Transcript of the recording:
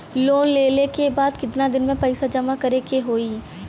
Loan लेले के बाद कितना दिन में पैसा जमा करे के होई?